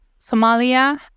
Somalia